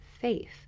faith